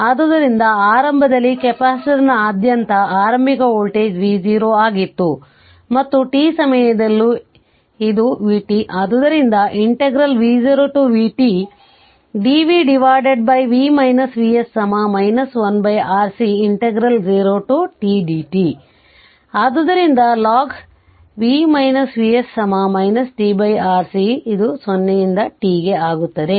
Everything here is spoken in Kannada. ಆದ್ದರಿಂದ ಆರಂಭದಲ್ಲಿ ಕೆಪಾಸಿಟರ್ನಾದ್ಯಂತ ಆರಂಭಿಕ ವೋಲ್ಟೇಜ್ v0 ಆಗಿತ್ತು ಮತ್ತು t ಸಮಯದಲ್ಲಿ ಅದು vt ಆದ್ದರಿಂದ v0vt dv 1 Rc0tdt ಆದುದರಿಂದ logv Vs|v0v tRC|0tಆಗುತ್ತದೆ